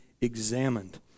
examined